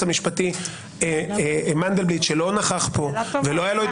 המשפטי מנדלבליט שלא נכח פה ולא הייתה לו את